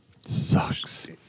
sucks